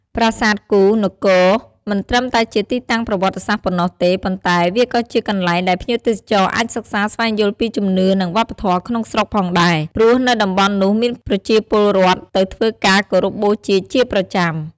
ប្រាសាទគូហ៍នគរមិនត្រឹមតែជាទីតាំងប្រវត្តិសាស្ត្រប៉ុណ្ណោះទេ ប៉ុន្តែវាក៏ជាកន្លែងដែលភ្ញៀវទេសចរអាចសិក្សាស្វែងយល់ពីជំនឿនិងវប្បធម៌ក្នុងស្រុកផងដែរ ព្រោះនៅតំបន់នោះមានប្រជាពលរដ្ឋទៅធ្វើការគោរពបូជាជាប្រចាំ។